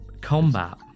combat